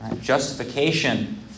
Justification